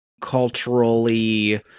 culturally